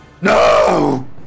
No